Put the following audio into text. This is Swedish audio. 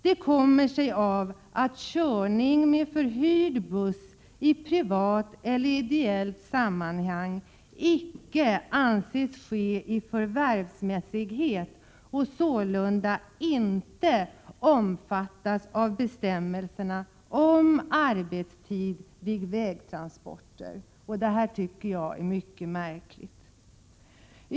Det kommer sig av att körning med förhyrd buss i privat eller ideellt sammanhang icke anses ske i förvärvsmässighet och sålunda inte omfattas av bestämmelserna om arbetstid vid vägtransporter. Detta tycker jag är mycket märkligt.